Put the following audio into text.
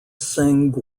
seng